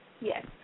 Yes